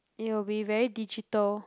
it will be very digital